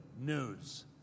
news